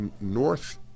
North